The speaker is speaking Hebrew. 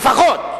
לפחות,